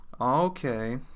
Okay